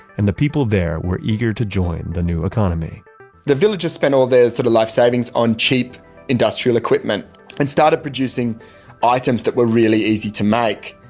and the people there were eager to join the new economy the villagers spent all their sort of life savings on cheap industrial equipment and started producing items that were really easy to make.